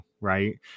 right